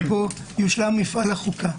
שבו יושלם מפעל החוקה.